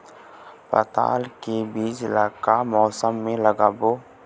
पताल के बीज ला का मौसम मे लगाबो?